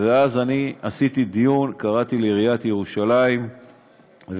ואז אני עשיתי דיון, קראתי לעיריית ירושלים וקראתי